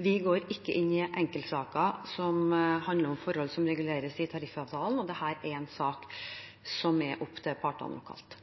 Vi går ikke inn i enkeltsaker som handler om forhold som reguleres i tariffavtalen, og dette er en sak som er opp til partene lokalt.